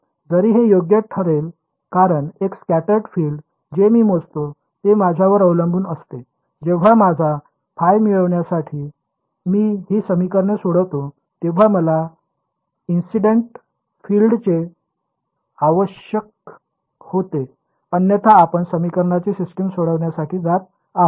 जरी हे योग्य ठरेल कारण एक स्कॅटर्ड फील्ड जे मी मोजतो ते माझ्यावर अवलंबून असते जेव्हा माझा ϕ मिळविण्यासाठी मी ही समीकरणे सोडवितो तेव्हा मला इन्सिडेंट फिल्डचे मूल्य आवश्यक होते अन्यथा आपण समीकरणांचे सिस्टम सोडवण्यासाठी जात आहोत